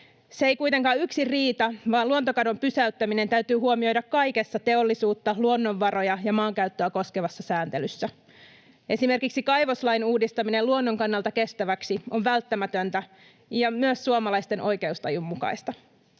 Se ei kuitenkaan yksin riitä, vaan luontokadon pysäyttäminen täytyy huomioida kaikessa teollisuutta, luonnonvaroja ja maankäyttöä koskevassa sääntelyssä. Esimerkiksi kaivoslain uudistaminen luonnon kannalta kestäväksi on välttämätöntä ja myös suomalaisten oikeustajun mukaista.